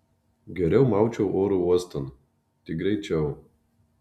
geriau maučiau oro uostan tik greičiau